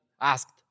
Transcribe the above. asked